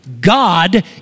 God